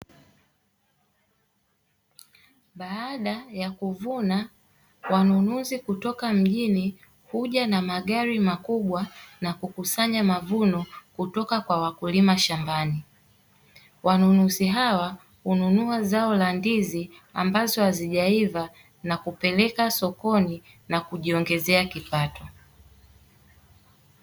Baada ya kuvuna wanunuzi kutoka mjini huja na magari makubwa na kukusanya mavuno kutoka kwa wakulima shambani, wanunuzi hawa hununua zao la ndizi ambazo hazijaiva na kupeleka sokoni na kujiongezea kipato.